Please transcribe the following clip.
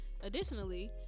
additionally